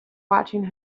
watching